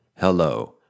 Hello